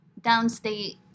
downstate